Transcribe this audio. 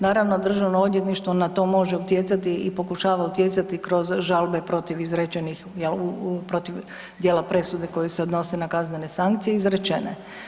Naravno državno odvjetništvo na to može utjecati i pokušava utjecati kroz žalbe protiv izrečenih jel protiv dijela presude koje se odnose na kaznene sankcije izrečene.